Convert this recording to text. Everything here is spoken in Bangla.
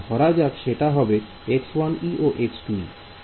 ধরা যাক সেটি হবে ও